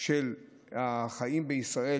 של החיים בישראל,